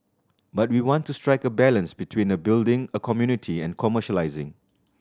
but we want to strike a balance between building a community and commercialising